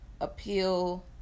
appeal